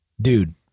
dude